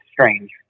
strange